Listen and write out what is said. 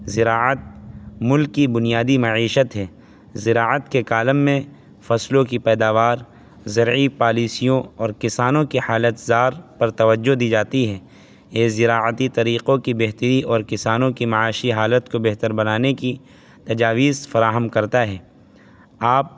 زراعت ملک کی بنیادی معیشت ہے زراعت کے کالم میں فصلوں کی پیداوار زرعی پالیسیوں اور کسانوں کی حالتِ زار پر توجہ دی جاتی ہے یہ زراعتی طریقوں کی بہتری اور کسانوں کی معاشی حالت کو بہتر بنانے کی تجاویز فراہم کرتا ہے آپ